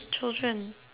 children